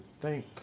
thank